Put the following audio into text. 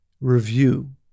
review